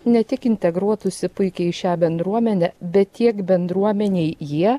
ne tik integruotųsi puikiai į šią bendruomenę bet tiek bendruomenėje jie